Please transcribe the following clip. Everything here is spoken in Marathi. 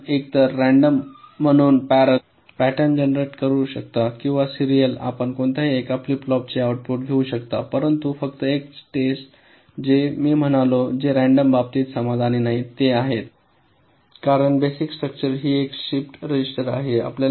आपण एकतर रँडम म्हणून पॅरलल पॅटर्न घेऊ शकता किंवा सिरीयल आपण कोणत्याही एका फ्लिप फ्लॉपचे आउटपुट घेऊ शकता परंतु फक्त एक टेस्ट जे मी म्हणालो जे रँडम बाबतीत समाधानी नाही ते आहे कारण बेसिक स्टक्चर ही एक शिफ्ट रजिस्टर आहे